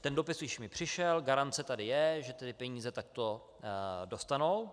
Ten dopis už mi přišel, garance tady je, že ty peníze takto dostanou.